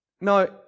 No